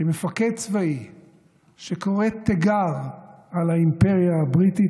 כמפקד צבאי שקורא תיגר על האימפריה הבריטית,